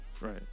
Right